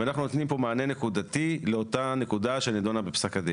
ואנחנו נותנים פה מענה נקודתי לאותה שנדונה בפסק הדין.